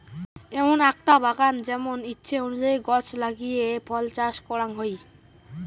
এমন আকটা বাগান যেমন ইচ্ছে অনুযায়ী গছ লাগিয়ে ফল চাষ করাং হই